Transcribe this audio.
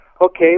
Okay